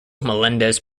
melendez